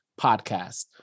podcast